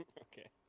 Okay